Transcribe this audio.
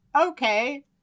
Okay